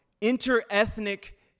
inter-ethnic